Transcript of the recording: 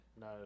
No